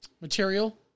material